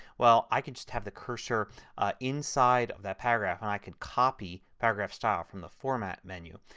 well, i can just have the cursor inside that paragraph and i can copy paragraph style from the format menu.